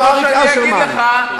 במקום שאני אגיד לך,